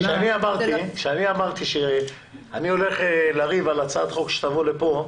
כשאני אמרתי שאני הולך לריב על הצעת החוק שתבוא לפה,